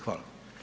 Hvala.